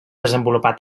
desenvolupar